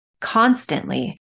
constantly